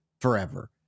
forever